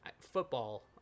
Football